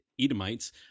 Edomites